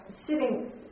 sitting